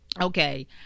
okay